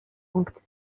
punkt